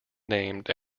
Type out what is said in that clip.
named